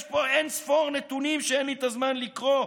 יש פה אין ספור נתונים שאין לי זמן לקרוא,